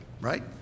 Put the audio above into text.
right